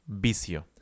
Vicio